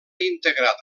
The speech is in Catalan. integrat